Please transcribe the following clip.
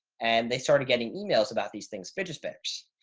and they started getting emails about these things, fidget spinners.